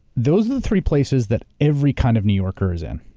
those are the three places that every kind of new yorker is in.